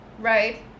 right